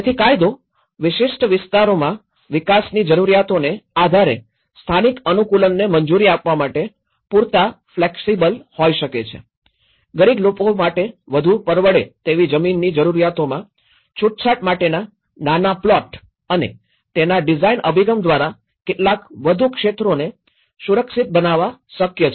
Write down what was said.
તેથી કાયદો વિશિષ્ટ વિસ્તારોમાં વિકાસની જરૂરિયાતોને આધારે સ્થાનિક અનુકૂલનને મંજૂરી આપવા માટે પૂરતા ફ્લેક્સિબલ હોઈ શકે છે ગરીબ લોકો માટે વધુ પરવડે તેવી જમીનની જરૂરિયાતોમાં છૂટછાટ માટેના નાના પ્લોટ અને તેના ડિઝાઇન અભિગમ દ્વારા કેટલાક વધુ ક્ષેત્રોને સુરક્ષિત બનાવવા શક્ય છે